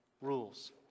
rules